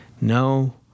no